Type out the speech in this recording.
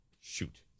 shoot